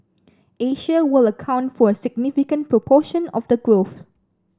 Asia will account for a significant proportion of the growth